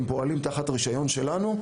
הם פועלים תחת הרישיון שלנו,